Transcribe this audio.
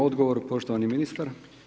Odgovor poštovani ministar.